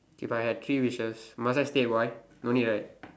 if I had three wishes must I state why don't need right